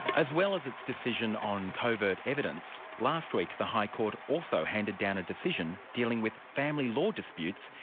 as well as its decision on covert evidence, last week the high court also handed down a decision dealing with family law disputes,